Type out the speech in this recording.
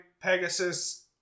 pegasus